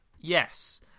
Yes